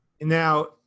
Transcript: Now